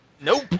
Nope